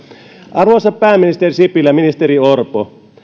arvoisa pääministeri sipilä ministeri orpo